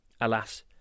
Alas